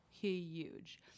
huge